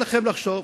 מה אכפת לכם לחשוב?